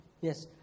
Yes